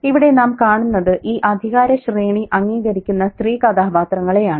ഇവിടെ നാം കാണുന്നത് ഈ അധികാരശ്രേണി അംഗീകരിക്കുന്ന സ്ത്രീ കഥാപാത്രങ്ങളെയാണ്